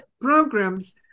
programs